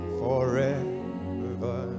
forever